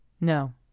No